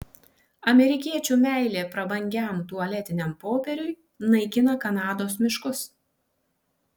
amerikiečių meilė prabangiam tualetiniam popieriui naikina kanados miškus